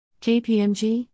KPMG